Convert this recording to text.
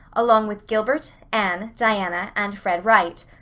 along with gilbert, anne, diana, and fred wright.